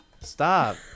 Stop